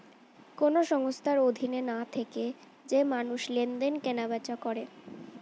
কোন সংস্থার অধীনে না থেকে যে মানুষ লেনদেন, কেনা বেচা করে